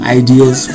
ideas